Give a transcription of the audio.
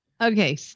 Okay